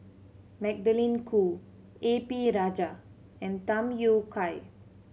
Magdalene Khoo A P Rajah and Tham Yui Kai